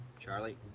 Charlie